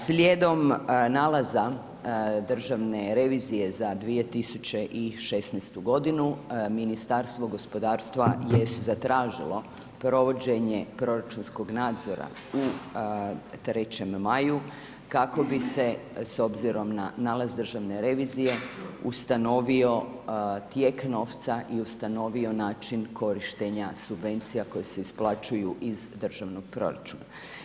Slijedom nalaza državne revizije za 2016. godinu, Ministarstvo gospodarstvo je zatražilo provođenje proračunskog nadzora u Trećem maju kako bi se s obzirom na nalaz državne revizije ustanovio tijek novca i ustanovio način korištenja subvencija koje se isplaćuju iz državnog proračuna.